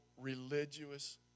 religious